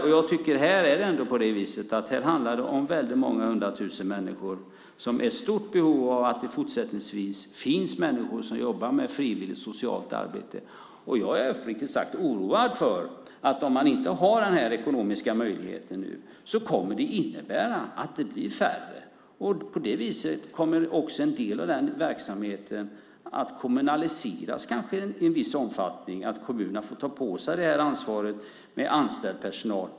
Här handlar det ändå om väldigt många människor som är i stort behov av att det fortsättningsvis finns människor som jobbar med frivilligt socialt arbete. Jag är uppriktigt sagt oroad över att om man inte har den här ekonomiska möjligheten kommer det att innebära att de blir färre. På det viset kommer också en del av den verksamheten att kanske kommunaliseras i viss omfattning. Kommunerna får ta på sig det här ansvaret med anställd personal.